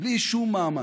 בלי שום מאמץ,